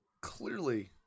clearly